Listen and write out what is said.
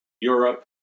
Europe